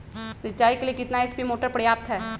सिंचाई के लिए कितना एच.पी मोटर पर्याप्त है?